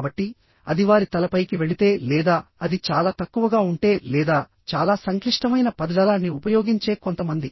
కాబట్టి అది వారి తలపైకి వెళితే లేదా అది చాలా తక్కువగా ఉంటే లేదా చాలా సంక్లిష్టమైన పదజాలాన్ని ఉపయోగించే కొంతమంది